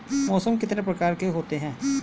मौसम कितने प्रकार के होते हैं?